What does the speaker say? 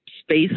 space